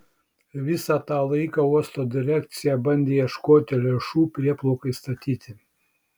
visą tą laiką uosto direkcija bandė ieškoti lėšų prieplaukai statyti